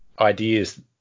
ideas